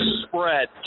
spread